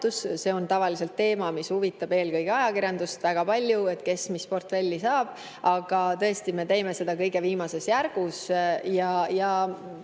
See on tavaliselt teema, mis huvitab eelkõige ajakirjandust väga palju, kes mis portfelli saab. Aga tõesti me teeme seda kõige viimases